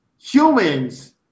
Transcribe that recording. humans